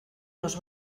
los